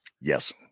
Yes